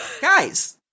Guys